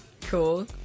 Cool